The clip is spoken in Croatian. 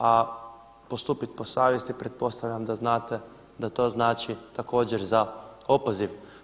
A postupit po savjesti pretpostavljam da znate da to znači također za opoziv.